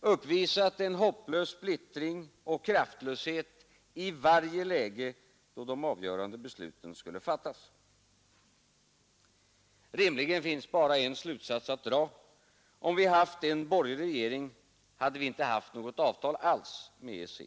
uppvisat en hopplös splittring och kraftlöshet i varje läge, då de avgörande besluten skulle fattas. Rimligen finns bara en slutsats att dra: om vi haft en borgerlig regering, hade vi inte haft något avtal alls med EEC.